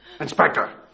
Inspector